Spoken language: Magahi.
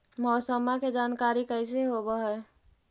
मौसमा के जानकारी कैसे होब है?